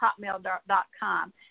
Hotmail.com